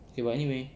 okay but anyway